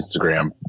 instagram